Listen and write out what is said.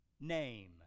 name